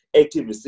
active